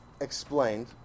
explained